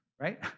right